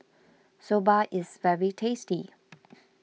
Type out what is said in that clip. Soba is very tasty